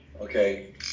okay